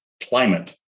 climate